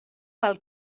pel